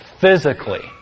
physically